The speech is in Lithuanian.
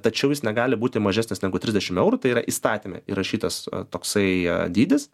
tačiau jis negali būti mažesnis negu trisdešim eurų tai yra įstatyme įrašytas toksai dydis